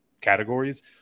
categories